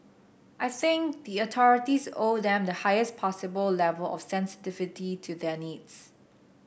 I think the authorities owe them the highest possible level of sensitivity to their needs